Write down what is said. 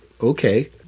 Okay